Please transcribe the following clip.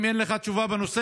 אם אין לך תשובה בנושא,